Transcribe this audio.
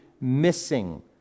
missing